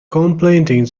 contemplating